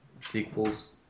sequels